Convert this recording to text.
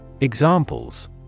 Examples